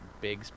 big